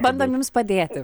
bandom jums padėti